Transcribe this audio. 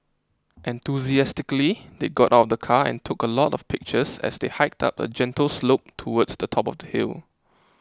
enthusiastically they got out the car and took a lot of pictures as they hiked up a gentle slope towards the top of the hill